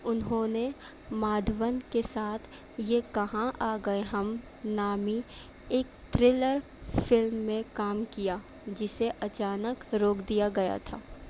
انہوں نے مادھون کے ساتھ یہ کہاں آ گئے ہم نامی ایک تھریلر فلم میں کام کیا جسے اچانک روک دیا گیا تھا